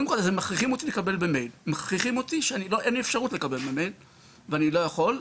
הם מכריחים אותי לקבל במייל כשאין לי אפשרות ואני לא יכול,